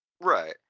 Right